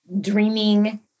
dreaming